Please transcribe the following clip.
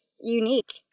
unique